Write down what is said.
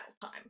time